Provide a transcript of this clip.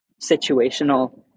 situational